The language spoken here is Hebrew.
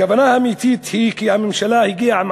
הכוונה האמיתית היא כי הממשלה הגיעה עם